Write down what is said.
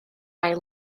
ail